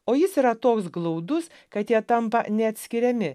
o jis yra toks glaudus kad jie tampa neatskiriami